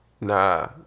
Nah